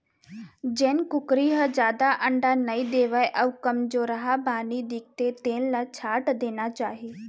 जेन कुकरी ह जादा अंडा नइ देवय अउ कमजोरहा बानी दिखथे तेन ल छांट देना चाही